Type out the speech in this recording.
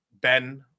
Ben